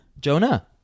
Jonah